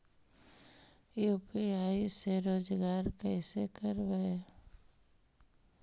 UPI से रोजगार कैसे करबय?